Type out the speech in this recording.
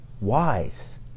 wise